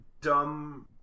dumb